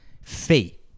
fate